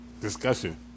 discussion